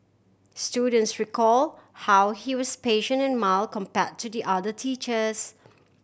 students recall how he was patient and mild compare to the other teachers